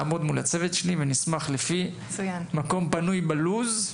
לעמוד בקשר עם הצוות שלי ונשמח לפי מקום פנוי בלו"ז.